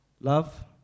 Love